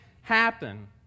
happen